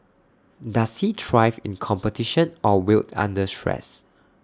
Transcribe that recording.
does he thrive in competition or wilt under stress